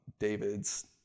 David's